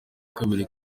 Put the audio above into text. kabiri